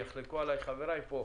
יחלקו עליי חבריי פה,